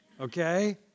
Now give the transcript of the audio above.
Okay